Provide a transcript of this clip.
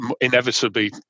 inevitably